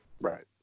Right